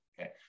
okay